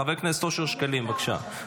חבר הכנסת אושר שקלים, בבקשה.